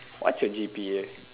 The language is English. what's your G_P_A